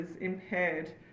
impaired